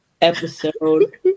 episode